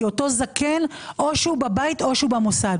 כי זה או שאותו זקן נמצא בבית או שהוא במוסד.